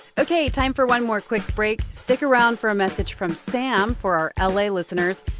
ok, time for one more quick break. stick around for a message from sam for our ah la listeners,